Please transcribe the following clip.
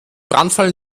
brandfall